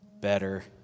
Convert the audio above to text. better